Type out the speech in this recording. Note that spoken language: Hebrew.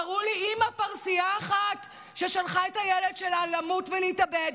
תראו לי אימא פרסייה אחת ששלחה את הילד שלה למות ולהתאבד.